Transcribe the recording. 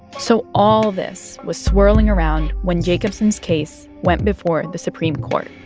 so all this was swirling around when jacobson's case went before the supreme court.